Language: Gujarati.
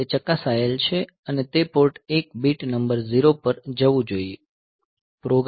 તે ચકાસાયેલ છે અને તે પોર્ટ 1 બીટ નંબર 0 પર જવું જોઈએ